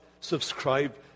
subscribe